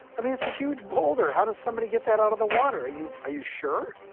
i mean, it's a huge boulder. how does somebody get that out of the water? are you are you sure?